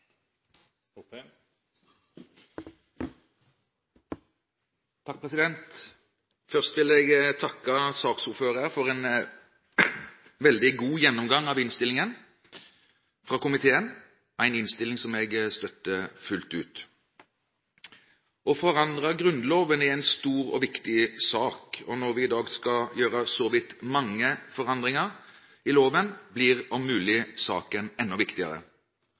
Først vil jeg takke saksordføreren for en veldig god gjennomgang av komiteens innstilling, en innstilling som jeg støtter fullt ut. Å forandre Grunnloven er en stor og viktig sak. Når vi i dag skal gjøre så vidt mange forandringer i loven, blir saken – om mulig – enda viktigere.